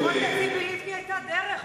לפחות לציפי לבני היתה דרך,